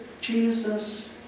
Jesus